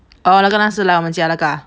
orh 那个那时来我们家那个啊